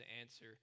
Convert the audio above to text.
answer